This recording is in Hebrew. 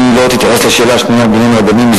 אני לא רוצה להתייחס לשאלה השנייה בעניין הרבנים,